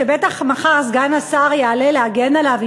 שבטח מחר סגן השר יעלה להגן עליו,